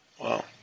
Wow